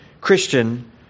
Christian